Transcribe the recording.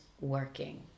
working